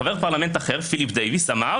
חבר פרלמנט אחר פיליפ דיויס אמר